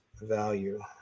value